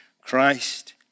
Christ